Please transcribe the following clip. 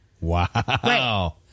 wow